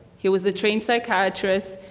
he was a trained psychiatrist.